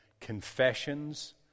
confessions